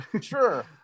Sure